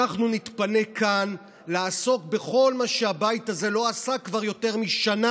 אנחנו נתפנה כאן לעסוק בכל מה שהבית הזה לא עסק כבר יותר משנה: